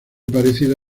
parecido